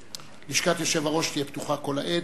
לשכת היושב-ראש תהיה פתוחה כל העת,